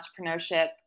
entrepreneurship